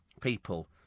people